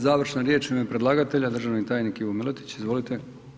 Završnu riječ u ime predlagatelja državni tajnik Ivo Milatić, izvolite.